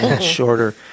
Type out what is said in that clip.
shorter